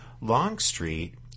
Longstreet